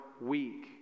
weak